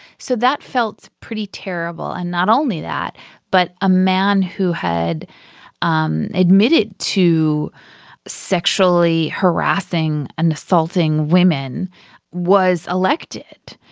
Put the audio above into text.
so that felt pretty terrible and not only that but a man who had um admitted to sexually harassing and assaulting women was elected.